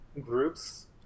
groups